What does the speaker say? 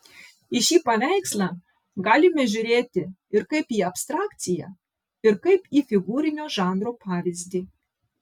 į šį paveikslą galime žiūrėti ir kaip į abstrakciją ir kaip į figūrinio žanro pavyzdį